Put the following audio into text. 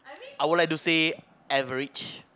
I would like to say average